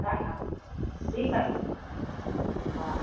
হ্যাঁ ঠিক আছে হ্যাঁ